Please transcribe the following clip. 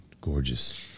Gorgeous